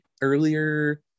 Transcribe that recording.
earlier